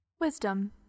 Wisdom